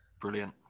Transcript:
Brilliant